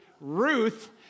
Ruth